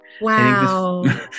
wow